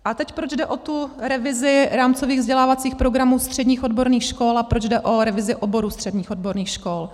A teď proč jde o tu revizi rámcových vzdělávacích programů středních odborných škol a proč jde o revizi oborů středních odborných škol.